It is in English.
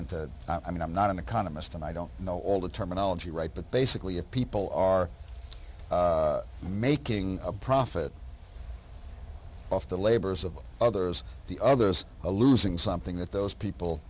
into i mean i'm not an economist and i don't know all the terminology right but basically if people are making a profit off the labors of others the other is a losing something that those people